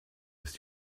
ist